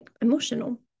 emotional